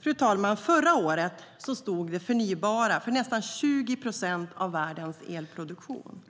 Fru talman! Förra året stod det förnybara för nästan 20 procent av världens elproduktion.